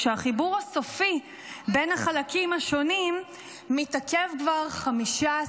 כשהחיבור הסופי בין החלקים השונים מתעכב כבר 15,